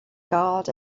guard